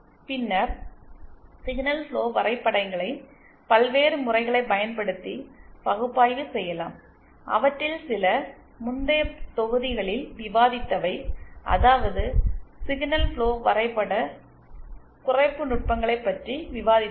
பின்னர் signal flow வரைபடங்களை பல்வேறு முறைகளைப் பயன்படுத்தி பகுப்பாய்வு செய்யலாம் அவற்றில் சில முந்தைய தொகுதிகளில் விவாதித்தவை அதாவது சிக்னல் ஃபுளோ வரைபட குறைப்பு நுட்பங்களைப் பற்றி விவாதித்தவை